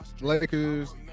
lakers